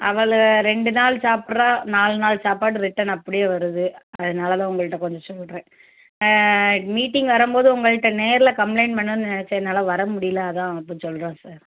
அவள் ரெண்டு நாள் சாப்பிட்றா நாலு நாள் சாப்பாடு ரிட்டர்ன் அப்படியே வருது அதனால உங்கள்ட்ட கொஞ்சம் சொல்கிறேன் மீட்டிங் வரும்போது உங்கள்ட்ட நேரில் கம்ப்ளைன்ட் பண்ணணும்னு நெனைச்சேன் என்னால் வர முடியல அதான் இப்போ சொல்கிறேன் சார்